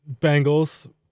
Bengals